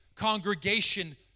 congregation